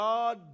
God